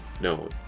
No